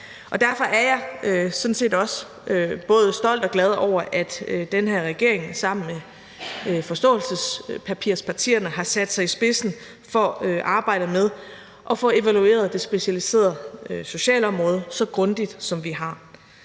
set også både stolt og glad over, at den her regering sammen med forståelsespapirpartierne har sat sig i spidsen for arbejdet med at få evalueret det specialiserede socialområde så grundigt, som vi har.